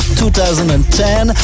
2010